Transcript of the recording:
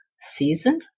season